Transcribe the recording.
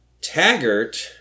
Taggart